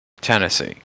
Tennessee